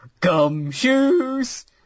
Gumshoes